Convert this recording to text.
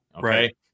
Right